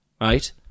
right